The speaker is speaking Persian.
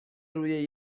روی